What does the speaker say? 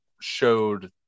showed